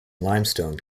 limestone